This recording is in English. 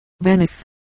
Venice